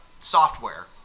software